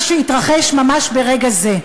מה שהתרחש ממש ברגע זה.